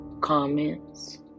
comments